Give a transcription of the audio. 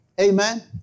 Amen